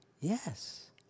Yes